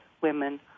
women